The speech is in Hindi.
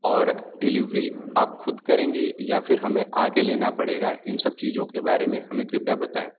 और डिलिवरी आप ख़ुद करेंगे या फिर हमें आ कर लेना पड़ेगा इन सब चीज़ों के बारे में हमें कृपया बताएँ